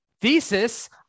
Thesis